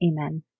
Amen